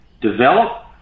develop